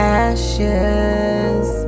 ashes